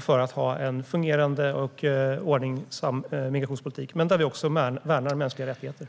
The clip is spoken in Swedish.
för att ha en fungerande migrationspolitik som är i ordning och där vi också värnar mänskliga rättigheter.